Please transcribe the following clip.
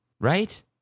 Right